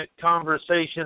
conversation